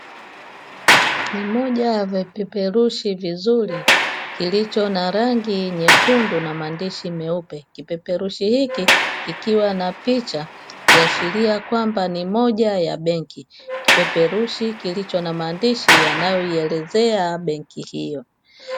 Ni moja ya kipeperushi vizuri kilicho na rangi nyekundu na maandishi meupe, kipeperushi hiki kikiwa na picha ikiashiria kwamba ni moja ya benki; kipeperushi kilicho na maandishi yanayoielezea benki hiyo.